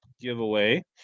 giveaway